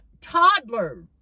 toddler